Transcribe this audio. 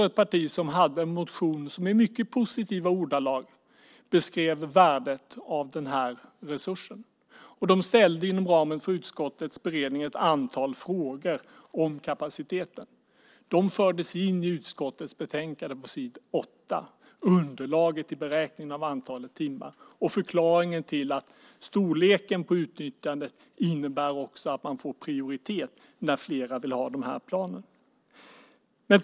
Miljöpartiet hade en motion som i mycket positiva ordalag beskrev värdet av den här resursen. De ställde inom ramen för utskottets beredning ett antal frågor om kapaciteten. De fördes in i utskottets betänkande på s. 8. Det gäller underlaget till beräkningen av antalet timmar och förklaringen till att storleken på utnyttjandet innebär att man får prioritet när fler vill ha de här planen.